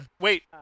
wait